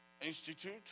institute